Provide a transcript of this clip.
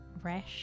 Fresh